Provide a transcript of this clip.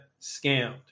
scammed